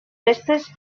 festes